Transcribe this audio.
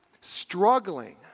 struggling